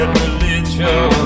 religion